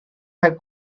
had